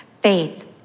Faith